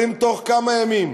אבל אם בתוך כמה ימים